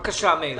בבקשה, מאיר.